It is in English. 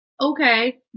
okay